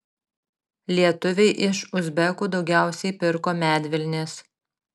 lietuviai iš uzbekų daugiausiai pirko medvilnės